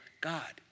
God